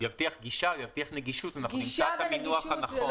הוא יבטיח גישה או נגישות נמצא את המינוח הנכון.